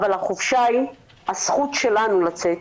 אבל החופשה היא הזכות שלנו לצאת,